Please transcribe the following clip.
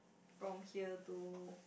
from here to